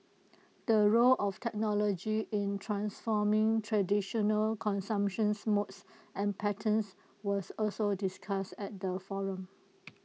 the role of technology in transforming traditional consumptions modes and patterns was also discussed at the forum